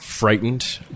Frightened